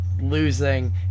losing